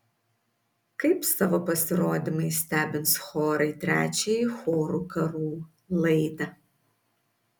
kaip savo pasirodymais stebins chorai trečiąją chorų karų laidą